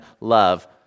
love